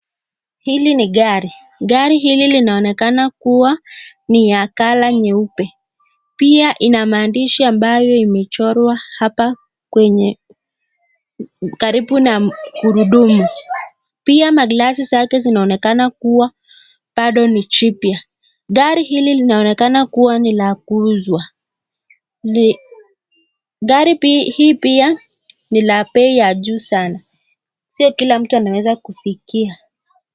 Hili ni gari, gari hili linaonekana kuwa ni ya colour nyeupe, pia ina maandishi imechorwa hapa karibu na gurudumu, pia maglasi zake zinaonekana kuwa bado ni jipya. Gari hili linaonekana ni la kuuzwa. Gari hii pia ni la bei la juu sana sio kila mtu anaweza kufikia.